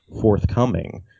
forthcoming